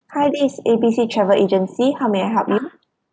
hi this is A B C travel agency how may I help you